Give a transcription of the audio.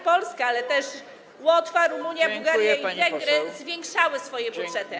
Polska, ale też Łotwa Rumunia, Bułgaria i Węgry zwiększały swoje budżety.